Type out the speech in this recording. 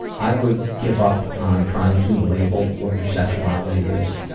i would give up on trying to label what your sexuality is.